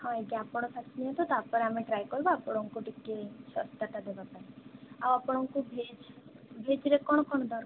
ହଁ ଆଜ୍ଞା ଆପଣ ଫାଷ୍ଟ ନିଅନ୍ତୁ ତାପରେ ଆମେ ଟ୍ରାଏ କରିବୁ ଆପଣଙ୍କୁ ଟିକେ ଶସ୍ତାଟା ଦେବା ପାଇଁ ଆଉ ଆପଣଙ୍କୁ ଭେଜ୍ ଭେଜ୍ରେ କ'ଣ କ'ଣ ଦରକାର